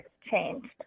changed